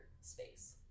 space